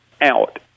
out